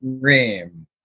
dream